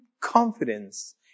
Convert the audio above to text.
confidence